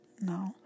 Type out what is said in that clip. No